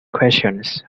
questions